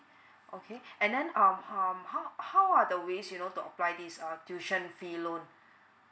okay and then um um how are the ways you know to apply this err tuition fee loan